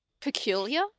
peculiar